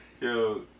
Yo